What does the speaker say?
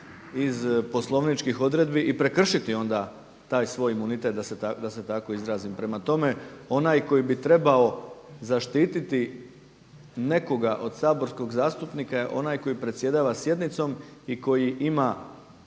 iz poslovničkih odredbi i prekršiti onda taj svoj imunitet da se tako izrazim. Prema tome, onaj koji bi trebao zaštiti nekoga od saborskog zastupnika je onaj koji predsjedava sjednicom i koji ima